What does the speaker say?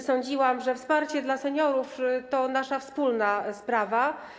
Sądziłam, że wsparcie dla seniorów to nasza wspólna sprawa.